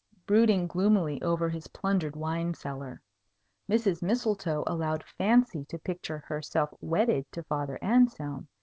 brooding gloomily over his plundered wine-cellar mrs. mistletoe allowed fancy to picture herself wedded to father anselm,